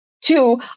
Two